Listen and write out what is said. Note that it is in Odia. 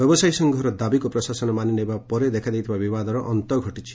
ବ୍ୟବସାୟୀ ସଂଘର ଦାବିକୁ ପ୍ରଶାସନ ମାନି ନେବା ପରେ ଦେଖାଦେଇଥିବା ବିବାଦର ଅନ୍ତ ଘଟିଛି